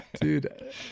dude